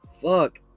fuck